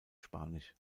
spanisch